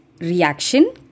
reaction